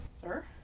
Sir